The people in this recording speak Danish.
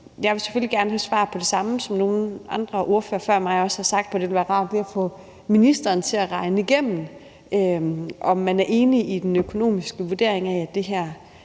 Jeg vil selvfølgelig gerne have svar på det samme, som nogle andre ordførere før mig også har sagt, nemlig at det kunne være rart lige at få ministeren til få det regnet igennem, i forhold til om man er enig i den økonomiske vurdering af, at det her